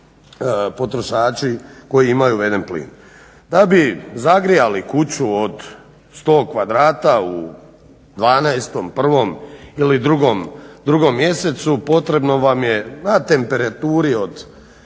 Da bi zagrijali kuću od 100 kvadrata u 12., 1. ili 2.mjesecu potrebno vam je na temperaturi od